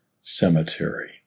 Cemetery